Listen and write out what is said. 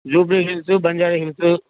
jubilee Hills Banjara hills